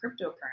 cryptocurrency